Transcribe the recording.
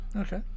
Okay